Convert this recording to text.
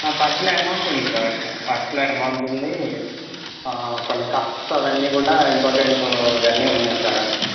పర్సులో అమౌంట్ ఉంది సార్ పర్సులో అమౌంట్ ఉంది కొన్ని కార్డ్స్ అవన్నీ కూడా ఇంపార్టెంట్ ఇవన్నీ ఉన్నాయి సార్